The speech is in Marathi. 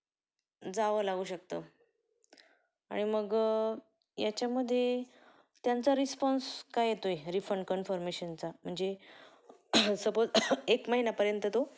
जावं लागू शकतं आणि मग याच्यामध्ये त्यांचा रिस्पॉन्स काय येतो आहे रिफंड कन्फर्मेशनचा म्हणजे सपोज एक महिन्यापर्यंत तो